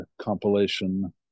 compilation